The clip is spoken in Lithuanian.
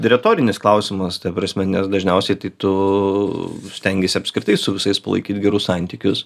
retorinis klausimas ta prasme nes dažniausiai tai tu stengiesi apskritai su visais palaikyt gerus santykius